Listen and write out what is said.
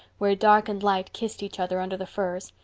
where dark and light kissed each other under the firs,